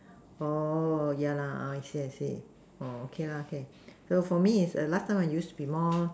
oh yeah lah I see I see oh okay lah okay so for me is last time I used to be more